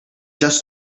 just